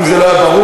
אם זה לא היה ברור,